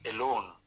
alone